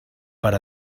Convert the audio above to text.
per